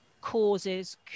causes